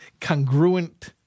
congruent